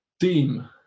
team